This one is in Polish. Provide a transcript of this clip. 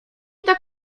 tak